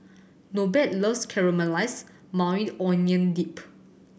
Norbert loves Caramelized Maui Onion Dip